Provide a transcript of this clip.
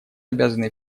обязаны